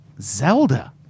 Zelda